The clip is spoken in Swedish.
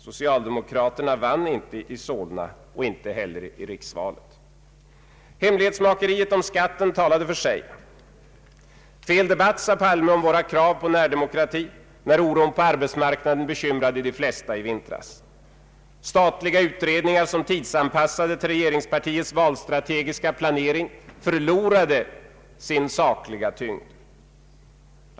Socialdemokraterna vann inte i Solna och inte heller i riksvalet. Hemlighetsmakeriet om skatten talade för sig. ”Fel debatt” sade herr Palme om våra krav på närdemokrati när oron på arbetsmarkna Allmänpolitisk debatt den bekymrade de flesta i vintras. Statliga utredningar som tidsanpassades till regeringspartiets valstrategiska planering förlorade sin sakliga tyngd.